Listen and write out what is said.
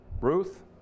Ruth